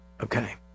Okay